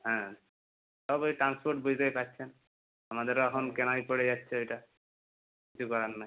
হ্যাঁ সব ওই ট্রান্সপোর্ট বুঝতেই পারছেন আমাদেরও এখন কেনাই পড়ে যাচ্ছে ওইটা কিছু করার নাই